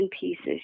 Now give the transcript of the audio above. pieces